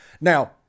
Now